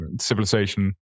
civilization